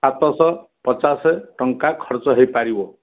ସାତଶହ ପଚାଶ ଟଙ୍କା ଖର୍ଚ୍ଚ ହେଇପାରିବ